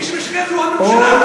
מי שמשקר זה הממשלה,